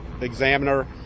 examiner